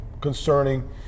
concerning